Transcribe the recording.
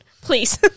please